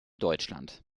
deutschland